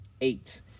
eight